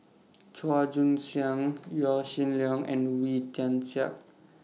Chua Joon Siang Yaw Shin Leong and Wee Tian Siak